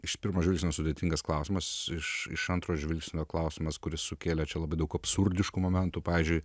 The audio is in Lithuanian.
iš pirmo žvilgsnio sudėtingas klausimas iš iš antro žvilgsnio klausimas kuris sukėlė čia labai daug absurdiškų momentų pavyzdžiui